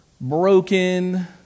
broken